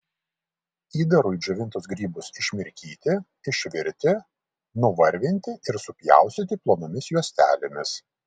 įdarui džiovintus grybus išmirkyti išvirti nuvarvinti ir supjaustyti plonomis juostelėmis